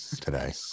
today